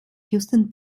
houston